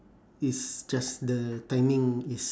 is just the timing is